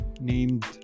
named